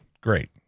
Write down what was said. Great